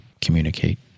communicate